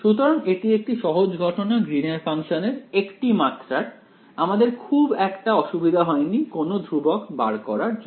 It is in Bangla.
সুতরাং এটি একটি সহজ ঘটনা গ্রীন এর ফাংশনের একটি মাত্রার আমাদের খুব একটা অসুবিধা হয়নি কোনও ধ্রুবক বার করার জন্য